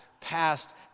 past